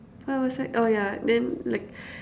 where was I oh yeah then like